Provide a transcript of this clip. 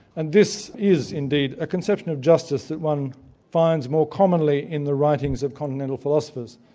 and this is indeed, a conception of justice that one finds more commonly in the writings of continental philosophers,